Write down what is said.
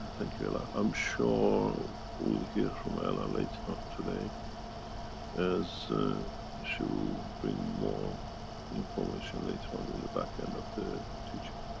thank you ella. i'm sure we'll hear from ella later on today as she will bring more information later on, in the back end of the teaching.